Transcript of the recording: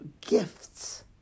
gifts